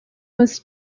was